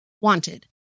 Wanted